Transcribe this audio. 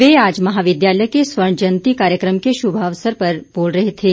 वे आज महाविद्यालय के स्वर्ण जयंती कार्यक्रम के शुभारंभ अवसर पर बोल रहे थे